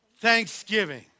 Thanksgiving